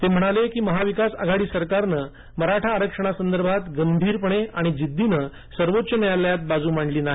ते म्हणाले की महाविकास आघाडी सरकारनं मराठा आरक्षणासंदर्भात गंभीरपणे आणि जिद्दीने सर्वोच्च न्यायालयात बाजू मांडली नाही